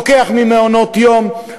לוקח ממעונות-יום,